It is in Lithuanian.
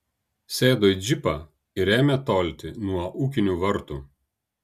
sėdo į džipą ir ėmė tolti nuo ūkinių vartų